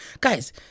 guys